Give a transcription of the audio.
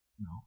No